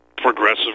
Progressive